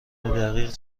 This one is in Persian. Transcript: دقیق